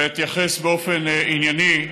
ואתייחס באופן ענייני,